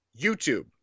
YouTube